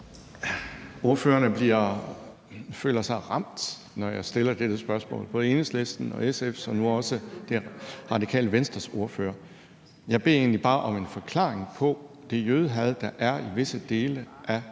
Ordførerne føler sig ramt, når jeg stiller dette spørgsmål, både Enhedslistens og SF's og nu også Radikale Venstres ordfører. Jeg beder egentlig bare om en forklaring på det jødehad, der er i visse dele af